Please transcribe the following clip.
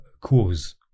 cause